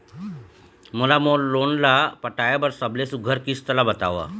मोला मोर लोन ला पटाए बर सबले सुघ्घर किस्त ला बताव?